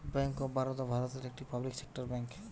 bank of Baroda ভারতের একটা public sector bank